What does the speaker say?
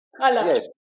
Yes